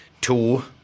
two